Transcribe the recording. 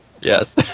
Yes